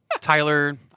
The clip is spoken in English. Tyler